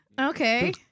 Okay